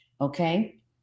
Okay